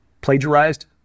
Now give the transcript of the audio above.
plagiarized